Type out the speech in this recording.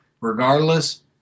regardless